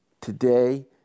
Today